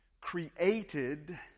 created